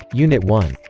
unit one